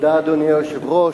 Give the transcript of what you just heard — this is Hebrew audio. אדוני היושב-ראש,